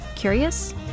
Curious